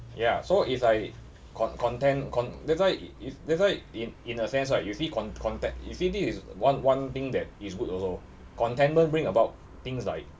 ya so it's like con~ content con~ that's why in that's why in in a sense right you see con~ content you see this is one one thing that is good also contentment bring about things like